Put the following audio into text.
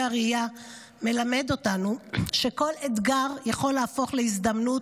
הראייה מלמד אותנו שכל אתגר יכול להפוך להזדמנות,